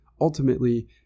ultimately